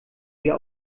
wir